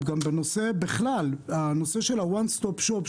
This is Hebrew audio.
גם בנושא One Stop Shop,